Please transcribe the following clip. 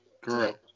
Correct